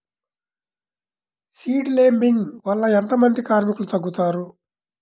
Seed లేంబింగ్ వల్ల ఎంత మంది కార్మికులు తగ్గుతారు?